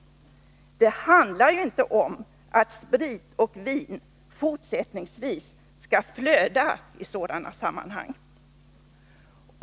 Det handlar ju inte om att sprit och vin fortsättningsvis skall flöda i | sådana sammanhang.